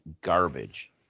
garbage